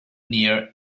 near